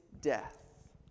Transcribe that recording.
death